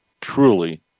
truly